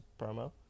promo